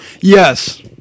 Yes